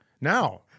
Now